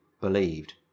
believed